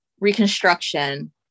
reconstruction